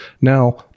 Now